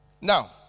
Now